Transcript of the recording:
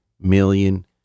million